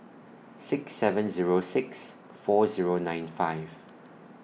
six seven Zero six four Zero nine five